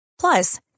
Plus